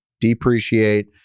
depreciate